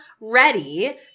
ready